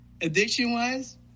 Addiction-wise